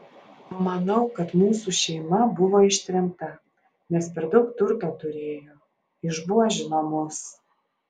manau kad mūsų šeima buvo ištremta nes per daug turto turėjo išbuožino mus